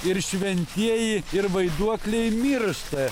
ir šventieji ir vaiduokliai miršta